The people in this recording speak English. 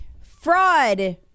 fraud